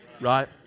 Right